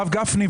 הרב גפני,